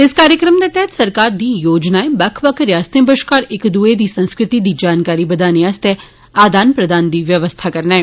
इस कार्यक्रम दे तैहत सरकार दी योजना बक्ख बक्ख रियास्तें बश्कार इक दुए दी संस्कृति दी जानकारी बदाने आस्तै आदान प्रदान दी व्यवस्था करना ऐ